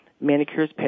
manicures